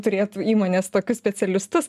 turėtų įmonės tokius specialistus